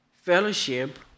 Fellowship